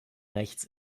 rechts